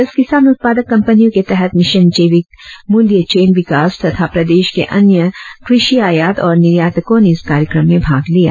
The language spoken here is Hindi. दस किसान उत्पादक कंपनियों के तहत मिशन जैविक मूल्य चैन विकास तथा प्रदेश के अन्य कृषि आयात और निर्यातको ने इस कार्यक्रम में भाग लिया